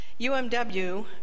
UMW